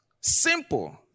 simple